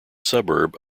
suburb